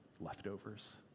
leftovers